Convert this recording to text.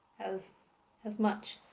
as as much.